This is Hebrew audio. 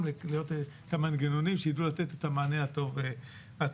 את המנגנונים שידעו לתת את המענה הטוב ביותר.